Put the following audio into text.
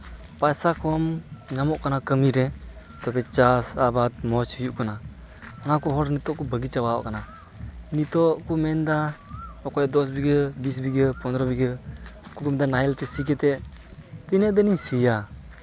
ᱯᱚᱭᱥᱟ ᱠᱚᱢ ᱧᱟᱢᱚᱜ ᱠᱟᱱᱟ ᱠᱟᱹᱢᱤᱨᱮ ᱛᱚᱵᱮ ᱪᱟᱥ ᱟᱵᱟᱫᱽ ᱢᱚᱡᱽ ᱦᱩᱭᱩᱜ ᱠᱟᱱᱟ ᱚᱱᱟᱠᱚ ᱦᱚᱲ ᱱᱤᱛᱚᱜ ᱠᱚ ᱵᱟᱹᱜᱤ ᱪᱟᱵᱟᱣᱜ ᱠᱟᱱᱟ ᱱᱤᱛᱚᱜ ᱠᱚ ᱢᱮᱱᱫᱟ ᱚᱠᱚᱭ ᱫᱚᱥ ᱵᱤᱜᱷᱟᱹ ᱵᱤᱥ ᱵᱤᱜᱷᱟᱹ ᱯᱚᱱᱨᱚ ᱵᱤᱜᱷᱟᱹ ᱩᱱᱠᱩ ᱫᱚ ᱢᱤᱫ ᱫᱷᱟᱣ ᱱᱟᱦᱮᱞ ᱛᱮ ᱥᱤ ᱠᱟᱛᱮᱫ ᱛᱤᱱᱟᱹᱜ ᱫᱤᱱᱤᱧ ᱥᱤᱭᱟ